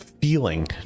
feeling